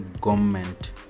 government